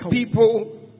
people